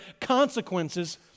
consequences